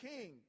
king